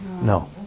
No